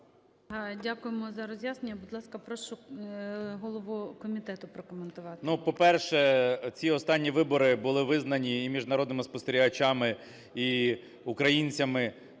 Дякуємо за роз'яснення. Будь ласка, прошу голову комітету прокоментувати. 17:44:55 КНЯЖИЦЬКИЙ М.Л. Ну по-перше, ці останні вибори були визнані і міжнародними спостерігачами, і українцями